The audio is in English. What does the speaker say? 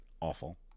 awful